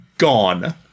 gone